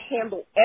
handle